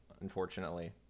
unfortunately